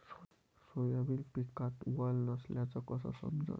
Soybean पिकात वल नसल्याचं कस समजन?